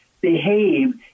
behave